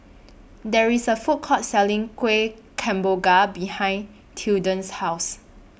There IS A Food Court Selling Kuih Kemboja behind Tilden's House